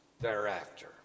thereafter